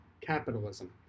Capitalism